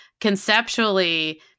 conceptually